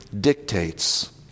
dictates